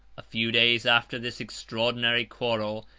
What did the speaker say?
a few days after this extraordinary quarrel,